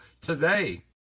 today